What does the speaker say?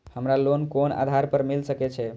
हमरा लोन कोन आधार पर मिल सके छे?